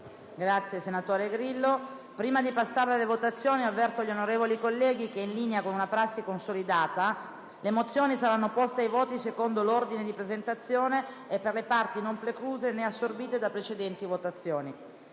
nuova finestra"). Prima di passare alla votazione delle mozioni, avverto gli onorevoli colleghi che, in linea con una prassi consolidata, le mozioni saranno poste ai voti secondo l'ordine di presentazione e per le parti non precluse né assorbite da precedenti votazioni.